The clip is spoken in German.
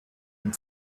dem